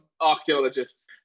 archaeologists